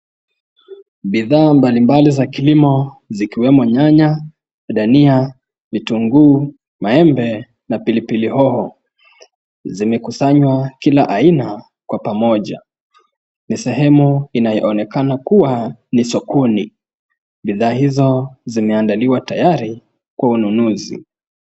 Bidhaa mbalimbali za kilimo zikiwemo nyanya, dania, vitungu, maemba na pilipili hoho zimekusanywa kila aina kwa pamoja. Ni sehemu inayoonekana kuwa ni sokoni. Bidhaa hizo zimeandaliwa tayari kwa ununuzi.